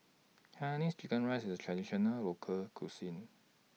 Hainanese Chicken Rice IS A Traditional Local Cuisine